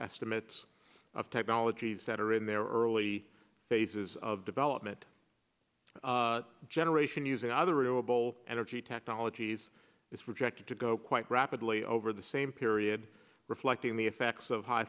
estimates of technologies that are in their early phases of development generation using other renewable energy technologies is rejected to go quite rapidly over the same period reflecting the effects of high